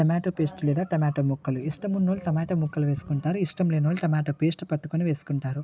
tomato paste లేదా tomato ముక్కలు ఇష్టము ఉన్నవాళ్ళు టామాటా ముక్కలు ఇష్టం లేనివాళ్ళు టమాటో పేస్టు పట్టుకుని వేసుకుంటారు